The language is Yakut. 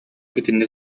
итинник